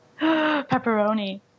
Pepperoni